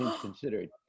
Considered